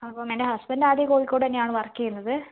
അപ്പം എൻ്റെ ഹസ്ബൻഡ് ആദ്യമേ കോഴിക്കോട് തന്നെ ആണ് വർക്ക് ചെയ്യുന്നത്